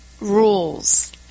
rules